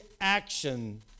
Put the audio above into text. action